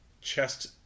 chest